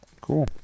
cool